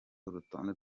urutonde